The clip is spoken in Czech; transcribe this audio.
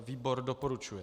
Výbor doporučuje.